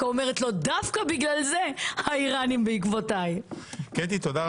אמרתי מראש שחברי הכנסת